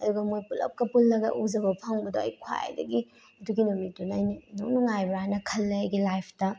ꯑꯗꯨꯒ ꯃꯣꯏ ꯄꯨꯂꯞꯀ ꯄꯨꯜꯂꯒ ꯎꯖꯕ ꯐꯪꯕꯗꯣ ꯑꯩ ꯈ꯭ꯋꯥꯏꯗꯒꯤ ꯑꯗꯨꯒꯤ ꯅꯨꯃꯤꯠꯇꯨꯅ ꯑꯩꯅ ꯏꯅꯨꯡ ꯅꯨꯡꯉꯥꯏꯕ꯭ꯔ ꯍꯥꯏꯅ ꯈꯜꯂꯦ ꯑꯩꯒꯤ ꯂꯥꯏꯐꯇ